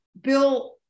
bill